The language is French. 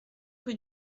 rue